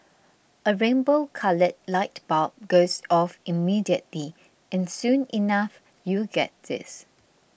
a rainbow coloured light bulb goes off immediately and soon enough you get this